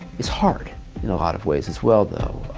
it's hard, in a lot of ways, as well, though.